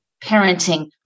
parenting